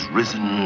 risen